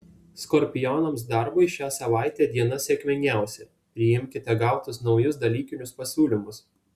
skorpionams darbui šią savaitę diena sėkmingiausia priimkite gautus naujus dalykinius pasiūlymus